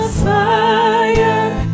fire